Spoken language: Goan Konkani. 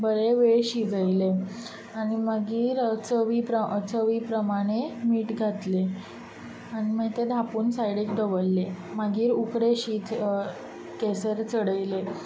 बरो वेळ शिजयलें आनी मागीर चवी प्र चवी प्रमाणे मीठ घातलें आनी मागीर तें धांपून सायडीक दवरलें मागीर उकडें शीत गॅसार चडयलें